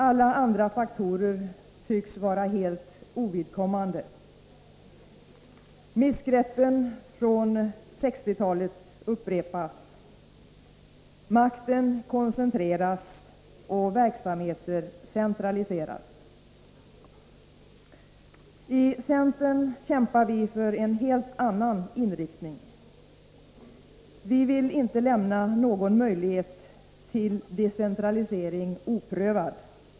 Alla andra faktorer tycks vara helt ovidkommande. Missgreppen från 1960-talet upprepas. Makten koncentreras och verksamheter centraliseras. I centern kämpar vi för en helt annan inriktning. Vi vill inte lämna någon möjlighet till decentralisering oprövad.